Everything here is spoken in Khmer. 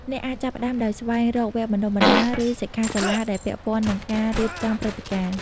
អ្នកអាចចាប់ផ្តើមដោយ ស្វែងរកវគ្គបណ្ដុះបណ្ដាល ឬសិក្ខាសាលាដែលពាក់ព័ន្ធនឹងការរៀបចំព្រឹត្តិការណ៍។